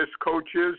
coaches